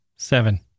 Seven